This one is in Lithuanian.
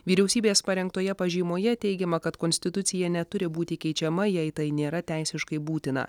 vyriausybės parengtoje pažymoje teigiama kad konstitucija neturi būti keičiama jei tai nėra teisiškai būtina